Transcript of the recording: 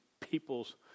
peoples